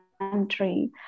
country